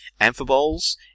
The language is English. Amphiboles